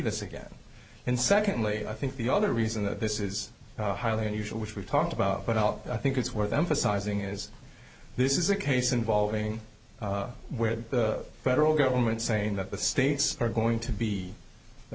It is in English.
this again and secondly i think the other reason that this is highly unusual which we talked about but out i think it's worth emphasizing is this is a case involving where the federal government saying that the states are going to be the